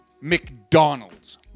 McDonald's